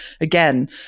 again